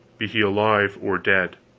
be he alive or dead.